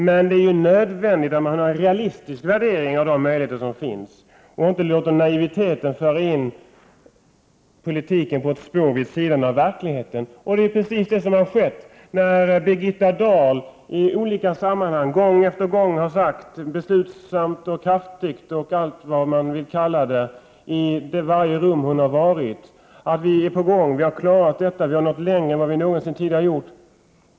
Men det är ju nödvändigt att man har realistiska värderingar av de möjligheter som finns och inte låter naiviteten föra in politiken på ett spår vid sidan av verkligheten. Det är precis det som har skett när Birgitta Dahli olika sammanhang, i varje rum hon har varit i, gång efter gång, har sagt på ett beslutsamt, kraftfullt sätt osv. att ”vi är på gång, vi har klarat detta och vi har nått längre än vad vi någonsin tidigare har gjort”.